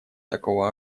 такого